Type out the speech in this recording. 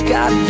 God